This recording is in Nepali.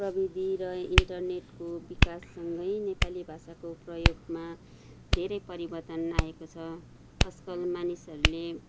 प्रविधि र इन्टरनेटको विकाससँगै नेपाली भाषाको प्रयोगमा धेरै परिवर्तन आएको छ आजकल मानिसहरूले